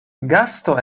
gasto